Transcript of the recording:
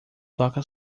toca